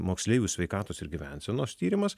moksleivių sveikatos ir gyvensenos tyrimas